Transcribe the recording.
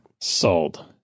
Sold